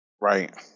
right